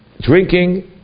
Drinking